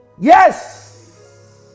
Yes